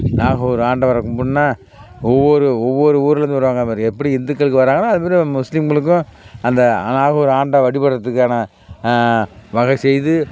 நாகூர் ஆண்டவரை கும்பிட்னா ஒவ்வொரு ஒவ்வொரு ஊரிலேருந்து வருவாங்க அந்த மாதிரி எப்படி ஹிந்துக்களுக்கு வராங்களோ அந்த மாதிரி முஸ்லீம்களுக்கும் அந்த நாகூர் ஆண்ட வழிபடுறதுக்கான வகை செய்து